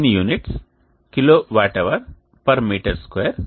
దీని units kWh m 2 day